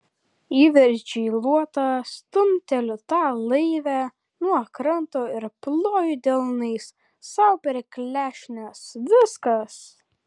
įverčiu į luotą stumteliu tą laivę nuo kranto ir ploju delnais sau per klešnes viskas